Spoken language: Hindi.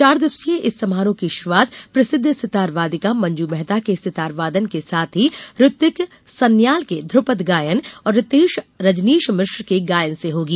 चार दिवसीय इस समारोह की शुरूआत प्रसिद्ध सितार वादिका मंजू मेहता के सितार वादन के साथ ही ऋत्विक सांन्याल के ध्रपद गायन और ऋतेष रजनीश मिश्र के गायन से होगी